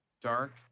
dark